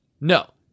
No